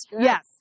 yes